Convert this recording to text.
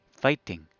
fighting